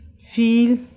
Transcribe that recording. feel